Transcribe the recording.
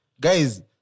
guys